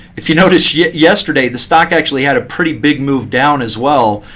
if you noticed yeah yesterday, the stock actually had a pretty big move down as well.